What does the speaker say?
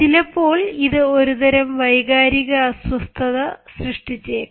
ചിലപ്പോൾ ഇത് ഒരുതരം വൈകാരിക അസ്വസ്ഥത സൃഷ്ടിച്ചേക്കാം